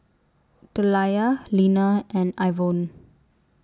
Deliah Leaner and Ivonne